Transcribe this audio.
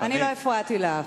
אני לא הפרעתי לך.